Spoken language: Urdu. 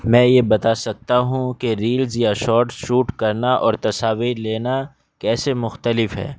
میں یہ بتا سکتا ہوں کہ ریلز یا شارٹ شوٹ کرنا اور تصاویر لینا کیسے مختلف ہے